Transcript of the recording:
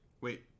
wait